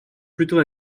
plutôt